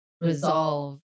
resolve